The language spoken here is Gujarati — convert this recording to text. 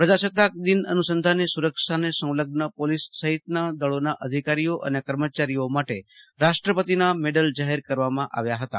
પ્રજા સત્તાકદિન અનુસંધાને સુરક્ષાને સંલઝન પોલિસ સહિતના દળોમાં અધિકારીઓ અને કર્મચારીઓ માટે રાષ્ટ્રપતિના મેડલ જાહેર કરવામાં આવ્યા હતાં